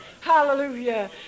Hallelujah